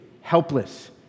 Helpless